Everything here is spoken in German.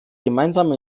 gemeinsame